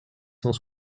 cent